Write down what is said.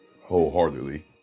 wholeheartedly